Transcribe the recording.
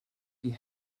die